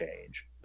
change